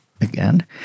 again